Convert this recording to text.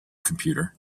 computer